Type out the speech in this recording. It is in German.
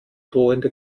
drohende